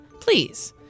Please